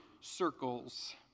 circles